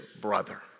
brother